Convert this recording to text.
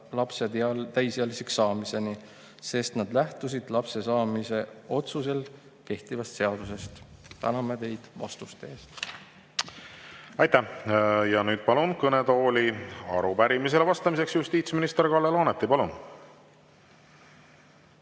lapse täisealiseks saamiseni, sest nad lähtusid lapse saamise otsusel kehtivast seadusest?" Täname teid vastuste eest! Aitäh! Ja nüüd palun kõnetooli arupärimisele vastamiseks justiitsminister Kalle Laaneti. Aitäh!